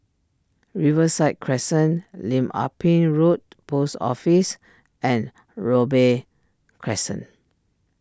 Riverside Crescent Lim Ah Pin Road Post Office and Robey Crescent